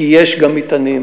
כי יש גם שם מטענים,